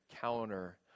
counter